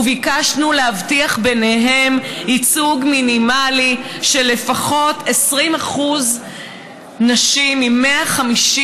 וביקשנו להבטיח ביניהם ייצוג מינימלי של לפחות 20% נשים מ-150,